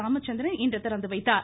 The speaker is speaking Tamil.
ராமச்சந்திரன் இன்று திறந்து வைத்தார்